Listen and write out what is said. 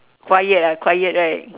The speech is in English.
quiet ah quiet right